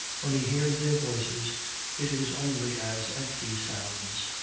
when he hears their voices it is only as empty sounds.